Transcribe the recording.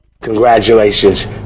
Congratulations